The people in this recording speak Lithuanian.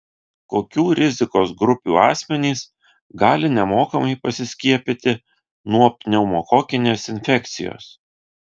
kokių rizikos grupių asmenys gali nemokamai pasiskiepyti nuo pneumokokinės infekcijos